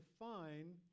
define